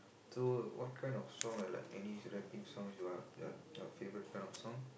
to what kind of song like any rapping song you had like her favourite kind of song